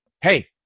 hey